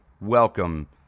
Welcome